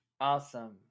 Awesome